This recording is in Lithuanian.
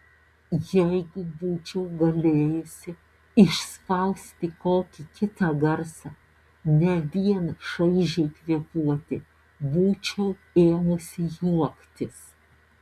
jeigu būčiau galėjusi išspausti kokį kitą garsą ne vien šaižiai kvėpuoti būčiau ėmusi juoktis